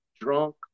drunk